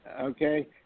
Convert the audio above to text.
Okay